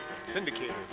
syndicator